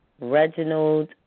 Reginald